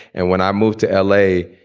and when i moved to l a,